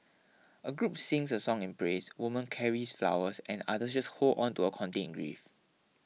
a group sings a song in praise woman carries flowers and others just hold on to a contained grief